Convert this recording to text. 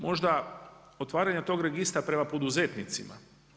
Možda otvaranja tog registra prema poduzetnicima.